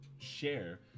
share